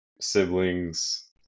siblings